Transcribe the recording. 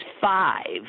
five